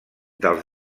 dels